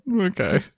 Okay